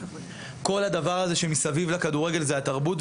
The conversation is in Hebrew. כל הדבר שמסביב לכדורגל זו התרבות.